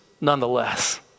nonetheless